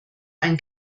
ein